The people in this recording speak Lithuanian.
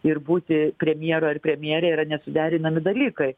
ir būti premjeru ar premjere yra nesuderinami dalykai